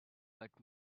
but